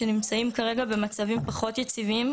שנמצאות כרגע במצבים פחות יציבים,